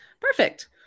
Perfect